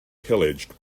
pillaged